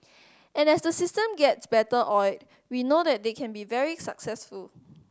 and as the system gets better oiled we know that they can be very successful